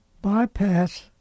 bypass